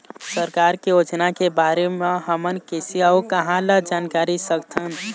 सरकार के योजना के बारे म हमन कैसे अऊ कहां ल जानकारी सकथन?